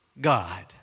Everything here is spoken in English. God